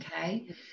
Okay